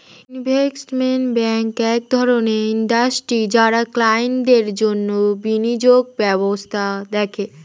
investment banking এক ধরণের industry যারা ক্লায়েন্টদের জন্যে বিনিয়োগ ব্যবস্থা দেখে